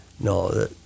no